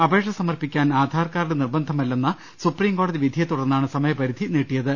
അപേക്ഷ സമർപ്പിക്കാൻ ആധാർ കാർഡ് നിർബന്ധമല്ലെന്ന സുപ്രീംകോടതി വിധിയെത്തുടർന്നാണ് സമയപരിധി നീട്ടിയത്